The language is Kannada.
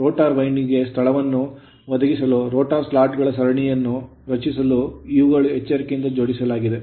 rotor ವೈಂಡಿಂಗ್ ಗೆ ಸ್ಥಳವನ್ನು ಒದಗಿಸಲು rotor ಸ್ಲಾಟ್ ಗಳ ಸರಣಿಯನ್ನು ರಚಿಸಲು ಇವುಗಳನ್ನು ಎಚ್ಚರಿಕೆಯಿಂದ ಜೋಡಿಸಲಾಗಿದೆ